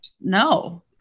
No